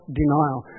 denial